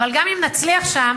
אבל גם אם נצליח שם,